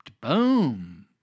Boom